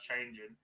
changing